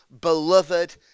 beloved